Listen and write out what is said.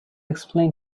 explain